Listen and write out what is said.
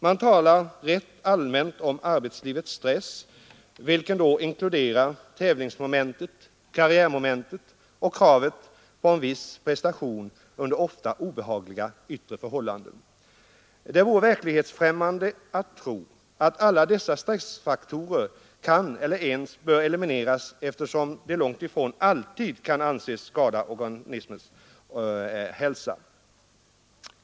Man talar rätt allmänt om arbetslivets stress, vilken då inkluderar tävlingsmomentet, karriärmomentet och kravet på en viss prestation under ofta obehagliga yttre förhållanden. Det vore verklighetsfrämmande att tro, att alla dessa stressfaktorer kan eller ens bör elimineras, eftersom de långtifrån alltid kan anses skada organismens hälsa.